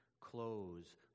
Clothes